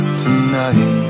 tonight